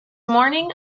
morning